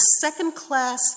second-class